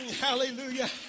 Hallelujah